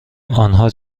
آنها